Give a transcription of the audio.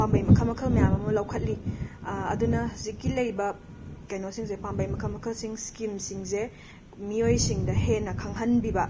ꯄꯥꯝꯕꯩ ꯃꯈꯜ ꯃꯈꯜ ꯃꯌꯥꯝ ꯑꯃ ꯂꯧꯈꯠꯂꯤ ꯑꯗꯨꯅ ꯍꯧꯖꯤꯛꯀꯤ ꯂꯩꯔꯤꯕ ꯀꯩꯅꯣꯁꯤꯡꯁꯦ ꯄꯥꯝꯕꯩ ꯃꯈꯜ ꯃꯈꯜꯁꯤꯡ ꯁ꯭ꯀꯤꯝꯁꯤꯡꯁꯦ ꯃꯤꯌꯣꯏꯁꯤꯡꯗ ꯍꯦꯟꯅ ꯈꯪꯍꯟꯕꯤꯕ